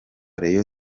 reyo